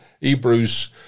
Hebrews